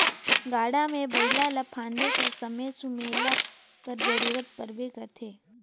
गाड़ा मे बइला ल फादे कर समे सुमेला कर जरूरत परबे करथे